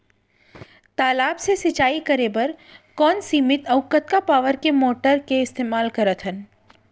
तालाब से सिंचाई बर कोन सीमित अऊ कतका पावर के मोटर के इस्तेमाल करथन?